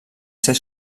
ser